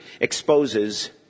exposes